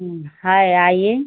है आइए